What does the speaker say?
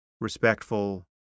respectful